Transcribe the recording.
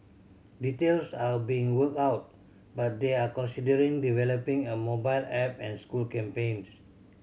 details are being worked out but they are considering developing a mobile app and school campaigns